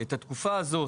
את התקופה הזו